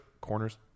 corners